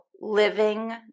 living